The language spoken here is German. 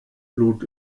blut